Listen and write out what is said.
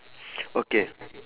okay